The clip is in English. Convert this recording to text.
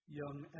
young